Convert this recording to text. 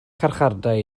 carchardai